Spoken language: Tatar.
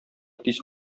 тиз